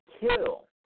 kill